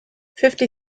fifty